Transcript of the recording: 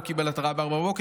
לא קיבל התראה ב-04:00.